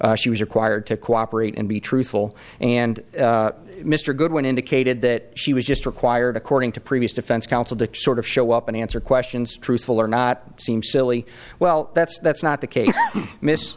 she was required to cooperate and be truthful and mr goodwin indicated that she was just required according to previous defense counsel to sort of show up and answer questions truthful or not seem silly well that's that's not the case miss